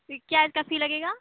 پھر کیا اس کا فی لگے گا